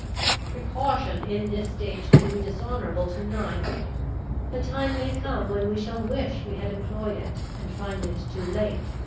precaution in this stage can be dishonourable to neither the time may come when we shall wish we had employed it, and find it too late.